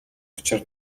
учир